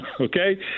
Okay